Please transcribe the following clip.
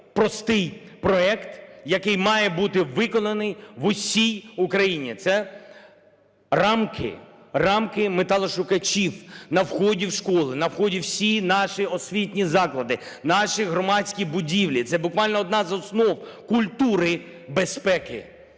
простий проєкт, який має бути виконаний в усій Україні. Це рамки металошукачів на вході у школи, на вході у всі наші освітні заклади, наші громадські будівлі. Це буквально одна з основ культури безпеки.